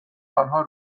آنها